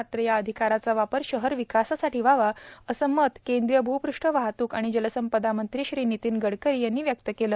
मात्र या अधिकाराचा वापर शहर विकासासाठी व्हावा असे मत केंद्रीय भूपृष्ठ वाहतूक व जलसंपदामंत्री नितीन गडकरी यांनी व्यक्त केले